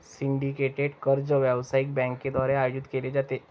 syndicated कर्ज व्यावसायिक बँकांद्वारे आयोजित केले जाते